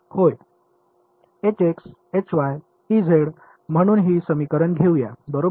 होय म्हणून हे समीकरण घेऊया बरोबर